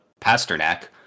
Pasternak